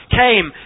came